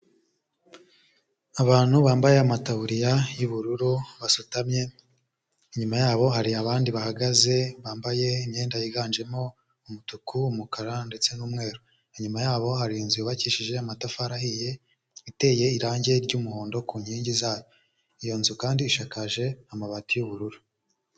Abantu bambaye amataburiya y'ubururu basutamye inyuma yabo hari abandi bahagaze bambaye imyenda yiganjemo umutuku, umukara ndetse n'umweru, inyuma yaho hari inzu yubakishije amatafari ahiye iteye irangi ry'umuhondo ku nkingi zayo, iyo nzu kandi isakakaje amabati y'ubururu.